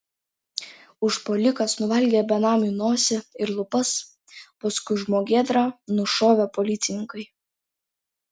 užpuolikas nuvalgė benamiui nosį ir lūpas paskui žmogėdrą nušovė policininkai